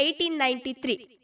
1893